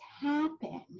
happen